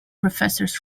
professors